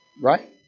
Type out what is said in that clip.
Right